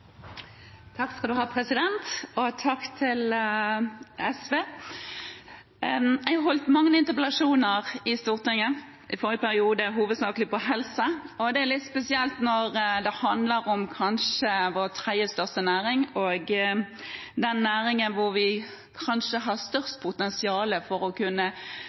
Takk til SV. Jeg har holdt mange interpellasjoner i Stortinget, i forrige periode hovedsakelig om helse. Det er litt spesielt når det handler om kanskje vår tredje største næring, næringen der vi kanskje har størst potensial for å kunne